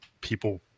people